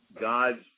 God's